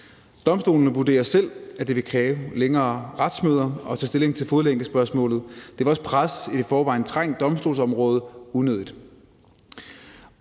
Domstolene vurderer selv, at det vil kræve længere retsmøder at tage stilling til fodlænkespørgsmålet, og det vil også presse et i forvejen trængt domstolsområde unødigt.